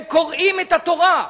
הם קורעים את התורה.